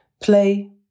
Play